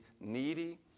needy